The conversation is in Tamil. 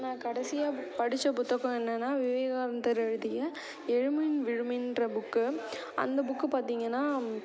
நான் கடைசியாக படித்த புத்தகம் என்னன்னால் விவேகானந்தர் எழுதிய எழுமின் விழுமின்ற புக் அந்த புக் பார்த்தீங்கன்னா